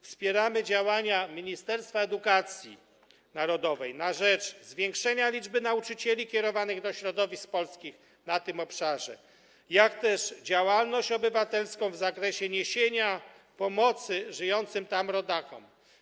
Wspieramy działania Ministerstwa Edukacji Narodowej na rzecz zwiększenia liczby nauczycieli kierowanych do środowisk polskich na tym obszarze, jak również działalność obywatelską w zakresie niesienia pomocy żyjącym tam rodakom.